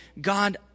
God